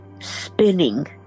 spinning